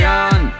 on